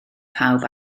pawb